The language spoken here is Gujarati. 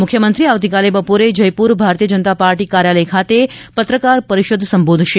મુખ્યમંત્રી આવતીકાલે બપોરે જયપુર ભારતીય જનતા પાર્ટી કાર્યાલય ખાતે પત્રકાર પરિષદ સંબોધશે